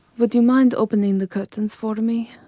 would you mind opening the curtains for me?